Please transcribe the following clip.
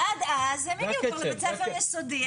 ועד אז הם יגיעו כבר לבית ספר יסודי.